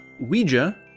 Ouija